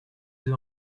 deux